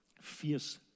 fierce